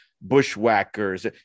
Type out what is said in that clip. bushwhackers